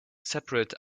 separate